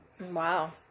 Wow